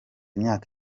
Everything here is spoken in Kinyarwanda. imyaka